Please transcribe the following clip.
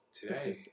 today